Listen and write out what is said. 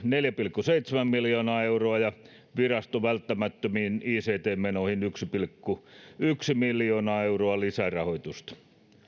neljä pilkku seitsemän miljoonaa euroa ja viraston välttämättömiin ict menoihin yksi pilkku yksi miljoonaa euroa lisärahoitusta